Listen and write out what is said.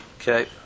Okay